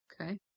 Okay